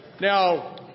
Now